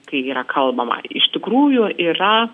kai yra kalbama iš tikrųjų yra